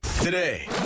Today